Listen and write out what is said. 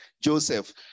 Joseph